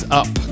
up